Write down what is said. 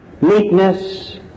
meekness